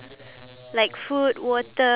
ya